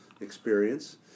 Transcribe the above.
experience